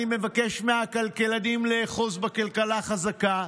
אני מבקש מהכלכלנים לאחוז בכלכלה חזקה,